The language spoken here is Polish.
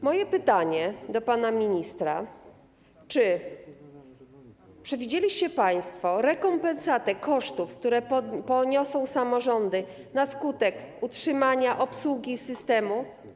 Moje pytanie do pana ministra: Czy przewidzieliście państwo rekompensatę kosztów, które poniosą samorządy na skutek utrzymania, obsługi systemu?